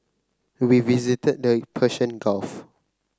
we visited the Persian Gulf